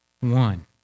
one